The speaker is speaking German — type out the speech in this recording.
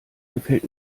gefällt